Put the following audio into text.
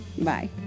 Bye